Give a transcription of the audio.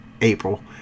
April